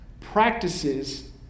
practices